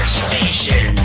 station